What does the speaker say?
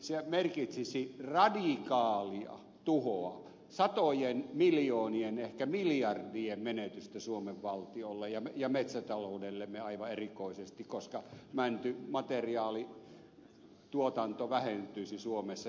se merkitsisi radikaalia tuhoa satojen miljoonien ehkä miljardien menetystä suomen valtiolle ja metsätaloudellemme aivan erikoisesti koska mäntymateriaalituotanto vähentyisi suomessa